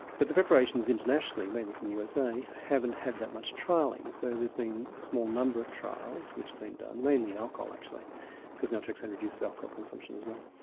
but the preparations internationally mainly from the usa haven't had that much trialling so there's been a small number of trials which have been done, mainly in alcohol actually because naltraxone reduces alcohol consumption as well.